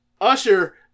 Usher